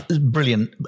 brilliant